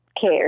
care